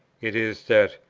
it is that,